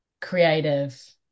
creative